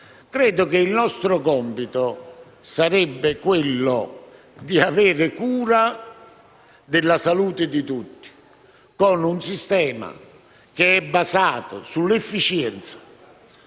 Credo che il nostro compito sarebbe quello di avere cura della salute di tutti, con un sistema basato sull'efficienza,